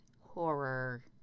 Horror